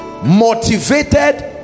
motivated